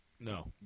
No